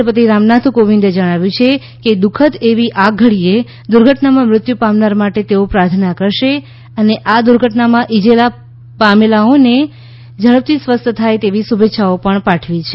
રાષ્ટ્રપતિ રામનાથ કોવિંદે જણાવ્યું છે કે દુઃખદ એવી આ ઘડીએ દુર્ઘટનામાં મૃત્યુ પામનાર માટે તેઓ પ્રાર્થના કરશે અને આ દુર્ઘટનામાં ઈજા પામેલાઓ ઝડપથી સ્વસ્થ થાય તેવી શુભેચ્છાઓ તેમણે પાઠવી છે